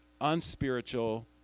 unspiritual